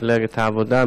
מפלגת העבודה,